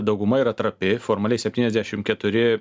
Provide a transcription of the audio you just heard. dauguma yra trapi formaliai septyniasdešim keturi